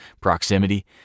proximity